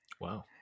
wow